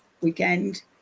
weekend